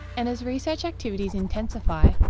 and as research activities intensify,